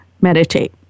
Meditate